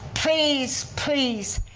please, please,